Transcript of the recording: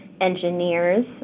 engineers